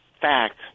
fact